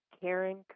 Karen